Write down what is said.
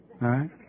right